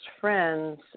friends